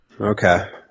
Okay